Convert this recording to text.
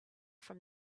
from